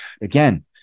again